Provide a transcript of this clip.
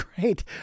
great